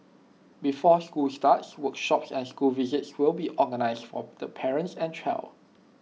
before school starts workshops and school visits will be organised for the parents and child